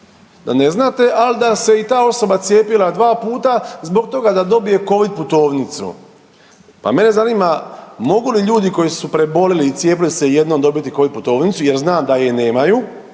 da ne znate, ali da se i ta osoba cijepila 2 puta zbog toga da dobije Covid putovnicu. Pa mene zanima mogu li ljudi koji su prebolili i cijepili se jednom dobiti Covid putovnicu jer znam da je nemaju,